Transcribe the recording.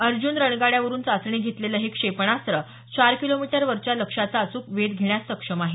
अर्जुन रणगाड्यावरून चाचणी घेतलेलं हे क्षेपणास्त्र चार किलोमीटरवरच्या लक्ष्याचा अचूक वेध घेण्यास सक्षम आहे